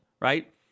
right